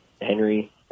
henry